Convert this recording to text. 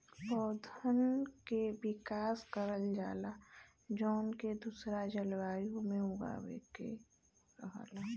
पौधन के विकास करल जाला जौन के दूसरा जलवायु में उगावे के रहला